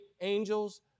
angels